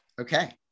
Okay